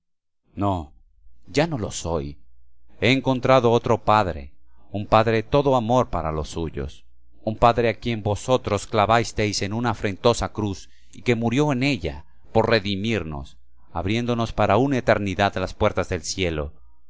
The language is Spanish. no ya no lo soy he encontrado otro padre un padre todo amor para los suyos un padre a quien vosotros clavasteis en una afrentosa cruz y que murió en ella por redimiros abriéndonos para una eternidad las puertas del cielo